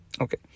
Okay